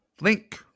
Link